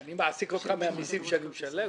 אני מעסיק אותך מהמסים שאני משלם?